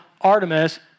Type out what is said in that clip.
Artemis